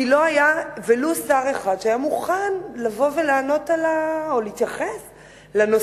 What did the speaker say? כי לא היה ולו שר אחד שהיה מוכן לבוא ולהתייחס לנושא,